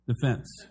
defense